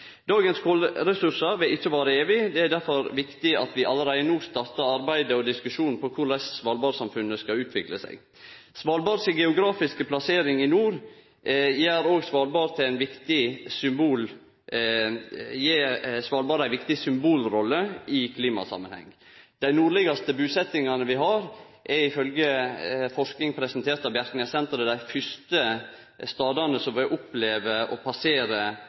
Dagens kolressursar vil ikkje vare evig. Det er derfor viktig at vi allereie no startar arbeidet og diskusjonen om korleis Svalbard-samfunnet skal utvikle seg. Svalbards geografiske plassering i nord gir også Svalbard ei viktig symbolrolle i klimasamanheng. Dei nordlegaste busetjingane vi har, er ifølgje forsking presentert av Bjerknessenteret dei fyrste stadene som vil oppleve å passere